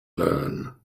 learn